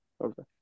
Okay